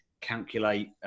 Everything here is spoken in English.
calculate